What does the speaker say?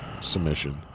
Submission